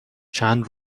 چند